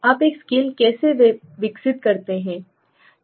आप एक स्केल कैसे विकसित करते हैं